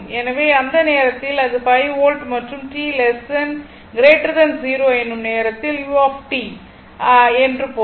எனவே அந்த நேரத்தில் அது 5 வோல்ட் மற்றும் t 0 எனும் நேரத்தில் u iS1 என்று பொருள்